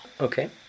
Okay